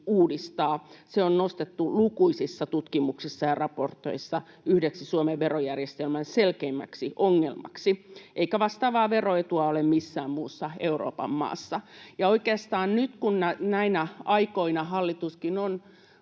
Se on nostettu lukuisissa tutkimuksissa ja raporteissa yhdeksi Suomen verojärjestelmän selkeimmäksi ongelmaksi, eikä vastaavaa veroetua ole missään muussa Euroopan maassa. Oikeastaan nyt, kun näinä aikoina hallituskin on